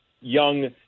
young